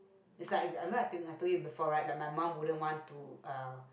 is like I I think I told you before right that my mum wouldn't want to uh